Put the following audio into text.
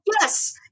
Yes